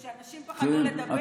שאנשים פחדו לדבר?